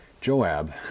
Joab